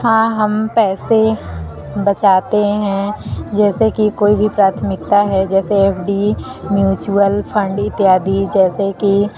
हाँ हम पैसे बचाते हैं जैसे कि कोई भी प्राथमिकता है जैसे कि म्युचुअल फंड इत्यादि जैसे कि